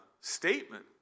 statement